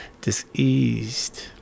diseased